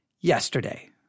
yesterday